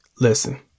Listen